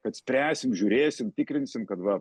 kad spręsim žiūrėsim tikrinsim kad va